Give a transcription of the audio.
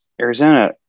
Arizona